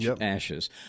ashes